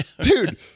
Dude